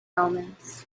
omens